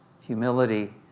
humility